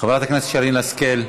חברת הכנסת שרן השכל,